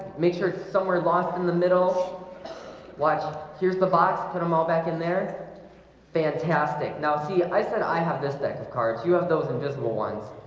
make sure somewhere lost in the middle watch here's the box put them all back in there and fantastic now, see i said i have this deck of cards you have those invisible ones